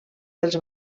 dels